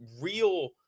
real